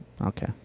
okay